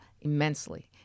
immensely